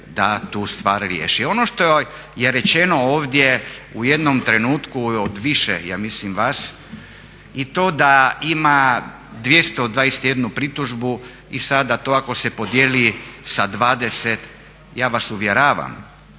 da tu stvar riješi. Ono što je rečeno ovdje u jednom trenutku od više vas je to da ima 221 pritužbu, i sada to ako se podjeli sa 20 ja vas uvjeravam